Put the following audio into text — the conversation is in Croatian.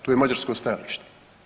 To je mađarsko stajalište.